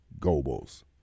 Gobos